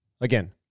Again